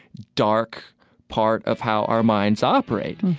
dark part of how our minds operate.